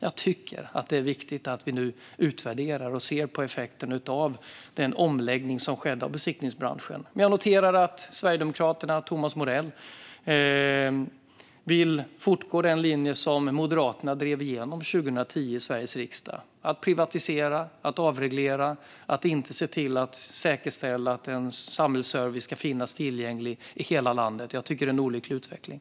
Jag tycker att det är viktigt att vi utvärderar och ser på effekten av den omläggning av besiktningsbranschen som skedde. Jag noterar att Sverigedemokraterna och Thomas Morell vill att den linje som Moderaterna drev igenom i Sveriges riksdag 2010 ska fortgå, det vill säga att privatisera och avreglera och att inte säkerställa att samhällsservice finns tillgänglig i hela landet. Jag tycker att det är en olycklig utveckling.